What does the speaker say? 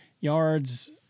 yards